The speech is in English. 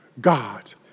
God